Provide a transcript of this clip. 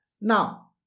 Now